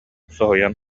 соһуйан